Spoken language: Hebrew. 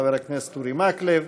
חבר הכנסת אורי מקלב.